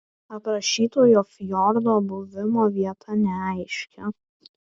aprašytojo fjordo buvimo vieta neaiški